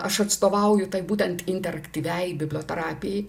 aš atstovauju tai būtent interaktyviai biblioterapijai